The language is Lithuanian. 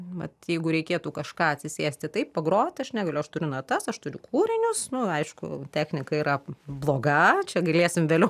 vat jeigu reikėtų kažką atsisėsti taip pagrot aš negaliu aš turiu natas aš turiu kūrinius nu aišku technika yra bloga čia galėsim vėliau